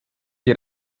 die